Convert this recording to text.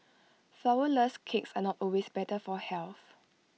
Flourless Cakes are not always better for health